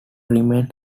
remain